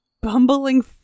bumbling